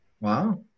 Wow